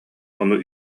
ону